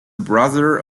brother